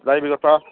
लाइ बेगरफ्रा